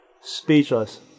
Speechless